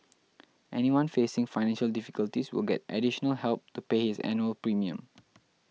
anyone facing financial difficulties will get additional help to pay his annual premium